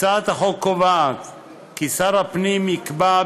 הצעת החוק קובעת כי שר הפנים יקבע,